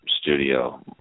studio